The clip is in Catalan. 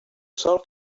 sòl